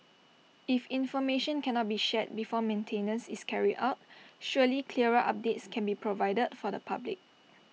if information cannot be shared before maintenance is carried out surely clearer updates can be provided for the public